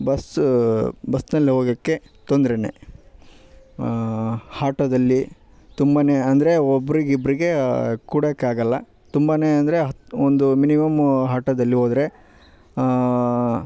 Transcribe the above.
bus ಬಸ್ನಲ್ಲಿ ಹೋಗೋಕೆ ತೊಂದ್ರೆ ಆಟೋದಲ್ಲಿ ತುಂಬಾ ಅಂದರೆ ಒಬ್ರಿಗೆ ಇಬ್ಬರಿಗೆ ಕೂಡಾಕೆ ಆಗೋಲ್ಲ ತುಂಬಾ ಅಂದರೆ ಒಂದು ಮಿನಿಮಮ್ ಆಟೋದಲ್ಲಿ ಹೋದ್ರೆ